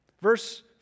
Verse